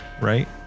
right